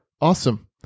awesome